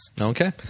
Okay